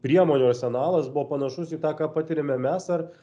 priemonių arsenalas buvo panašus į tą ką patiriame mes ar